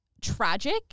tragic